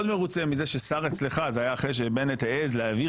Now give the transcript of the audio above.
מרוצה מזה ששר אצלך" זה היה אחרי שבנט העז להעביר